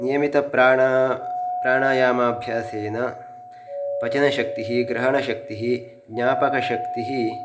नियमितप्राणा प्राणायामाभ्यासेन पचनशक्तिः ग्रहणशक्तिः ज्ञापकशक्तिः